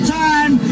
time